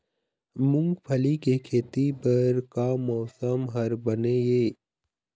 मूंगफली के खेती बर का मौसम हर बने ये?